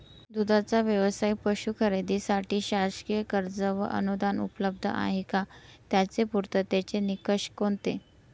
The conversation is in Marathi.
दूधाचा व्यवसायास पशू खरेदीसाठी शासकीय कर्ज व अनुदान उपलब्ध आहे का? त्याचे पूर्ततेचे निकष कोणते?